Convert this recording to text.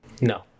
No